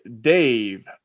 Dave